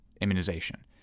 immunization